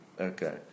Okay